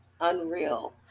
unreal